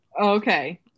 Okay